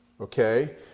okay